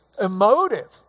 emotive